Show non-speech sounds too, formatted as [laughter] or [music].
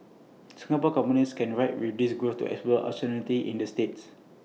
[noise] Singapore companies can ride with this growth to explore opportunities in the states